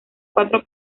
cuatro